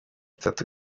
itatu